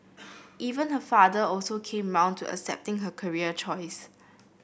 even her father also came round to accepting her career choice